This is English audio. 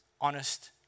Honest